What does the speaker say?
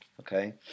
okay